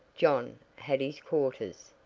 john, had his quarters,